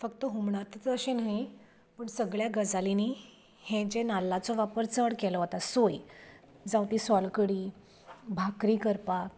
फकत हुमणांत तशें न्हय पूण सगळ्यां गजालीनीं हें जें नाल्लाचो वापर चड केलो वता सोय जावं ती सोलकडी भाकरी करपाक